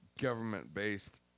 government-based